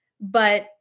But-